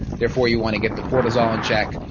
therefore you want to get the cortisone check,